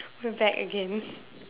we're back again